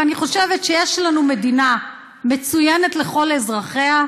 ואני חושבת שיש לנו מדינה מצוינת לכל אזרחיה.